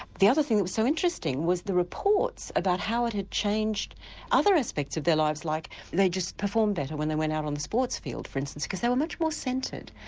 the other thing that was so interesting was the reports about how it had changed other aspects of their lives like they just performed better when they went out on the sports field for instance because they were much more centred,